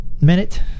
minute